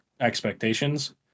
expectations